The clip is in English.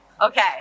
Okay